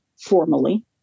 formally